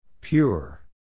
Pure